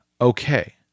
okay